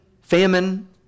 famine